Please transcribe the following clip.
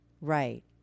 right